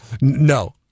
No